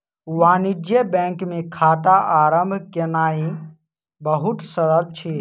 वाणिज्य बैंक मे खाता आरम्भ केनाई बहुत सरल अछि